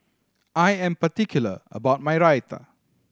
I am particular about my Raita